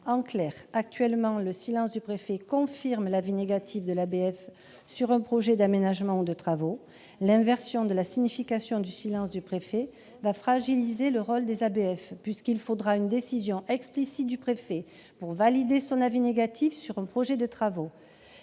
Bref, actuellement, le silence du préfet confirme l'avis négatif de l'ABF sur un projet d'aménagement ou de travaux. L'inversion de sa signification va fragiliser le rôle des ABF, puisqu'il faudra une décision explicite du préfet pour valider son avis négatif sur un projet. Les préfets